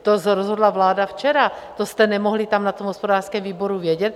To rozhodla vláda včera, to jste nemohli tam na tom hospodářském výboru vědět.